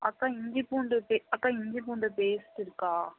அக்கா இஞ்சி பூண்டு பே அக்கா இஞ்சி பூண்டு பேஸ்ட் இருக்கா